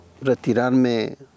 retirarme